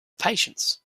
patience